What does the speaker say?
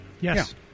Yes